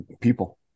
people